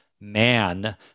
man